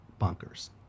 bonkers